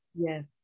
Yes